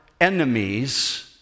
enemies